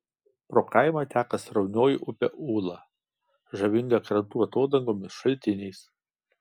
pro kaimą teka sraunioji upė ūla žavinga krantų atodangomis šaltiniais